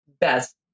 best